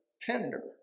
tender